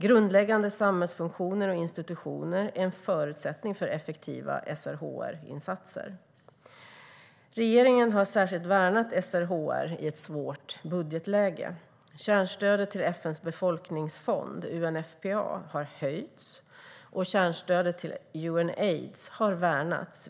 Grundläggande samhällsfunktioner och institutioner är en förutsättning för effektiva SRHR-insatser. Regeringen har särskilt värnat SRHR i ett svårt budgetläge. Kärnstödet till FN:s befolkningsfond, UNFPA, har höjts och kärnstödet till Unaids har värnats.